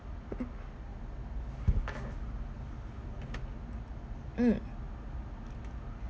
mm